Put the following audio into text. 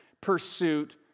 pursuit